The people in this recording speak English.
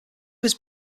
was